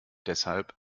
deshalb